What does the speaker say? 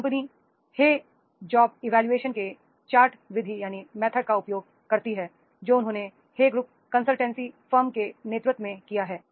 company Hay job evolution के chart विधि का उपयोग करती है जो उन्होंने हे ग्रुप कंसल्टेंसी फर्म के नेतृत्व में किया है